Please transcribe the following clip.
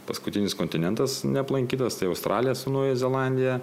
paskutinis kontinentas neaplankytas tai australija su naująja zelandija